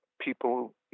people